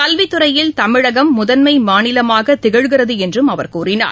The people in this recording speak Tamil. கல்வித் துறையில் தமிழகம் முதன்மை மாநிலமாக திகழ்கிறது என்றும் அவர் கூறினார்